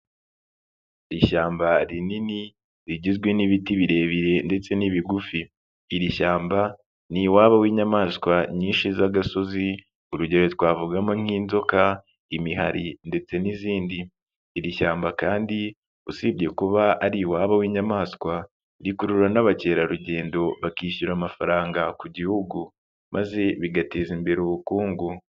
lshyamba rinini rigizwe n'ibiti birebire ndetse n'ibigufi, iri shyamba ni iwabo w'inyamaswa nyinshi z'agasozi urugero twavugamo nk'inzoka, imihari ndetse n'izindi, iri shyamba kandi usibye kuba ari iwabo w'inyamaswa, rikurura n'abakerarugendo bakishyura amafaranga ku gihugu, maze bigateza imbere ubukungu.